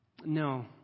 No